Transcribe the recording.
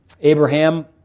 Abraham